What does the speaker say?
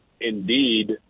indeed